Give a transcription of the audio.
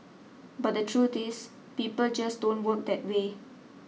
but the truth is people just don't work that way